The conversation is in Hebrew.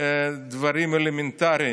דברים אלמנטריים.